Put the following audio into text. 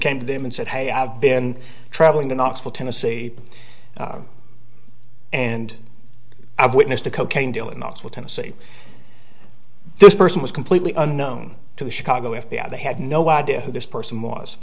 came to them and said hey i've been traveling to knoxville tennessee and i've witnessed a cocaine deal in knoxville tennessee this person was completely unknown to the chicago f b i they had no idea who this person was